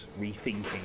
rethinking